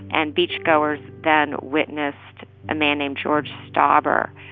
and beachgoers then witnessed a man named george stauber,